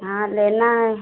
हाँ लेना है